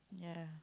ya